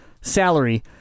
salary